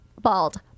bald